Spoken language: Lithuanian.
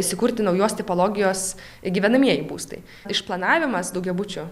įsikurti naujos tipologijos gyvenamieji būstai išplanavimas daugiabučių